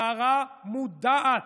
הדרה מודעת,